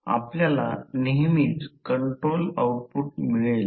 तर Wc म्हणजे पूर्ण भारित तांबे लॉस